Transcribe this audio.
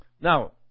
Now